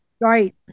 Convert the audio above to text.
Right